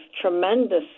tremendous